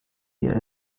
wir